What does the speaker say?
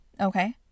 Okay